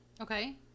Okay